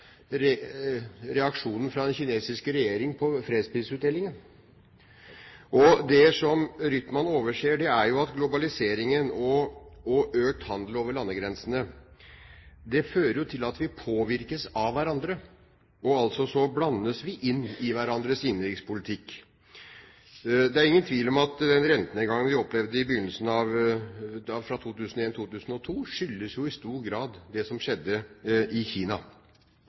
reaksjonen fra den kinesiske regjering på fredspristildelingen. Det som Rytman overser, er jo at globaliseringen og økt handel over landegrensene fører til at vi påvirkes av hverandre, og altså blandes inn i hverandres innenrikspolitikk. Det er ingen tvil om at den rentenedgangen vi opplevde fra 2001/2002, i stor grad skyldes det som skjedde i Kina. Da har Rytman heller ikke fått med seg det behovet som ble så tydeliggjort i